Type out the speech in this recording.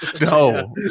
no